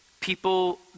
people